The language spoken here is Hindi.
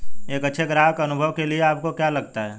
एक अच्छे ग्राहक अनुभव के लिए आपको क्या लगता है?